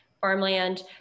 farmland